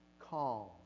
calm